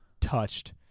touched